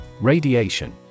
Radiation